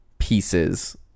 pieces